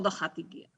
עוד אחת הגיעה",